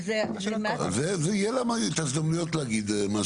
יהיו לה הזדמנויות להגיד.